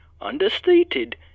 understated